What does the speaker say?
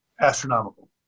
astronomical